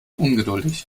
ungeduldig